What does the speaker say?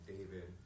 David